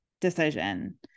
decision